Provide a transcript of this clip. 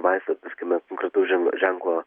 vaistą tarkime konkretaus žen ženklo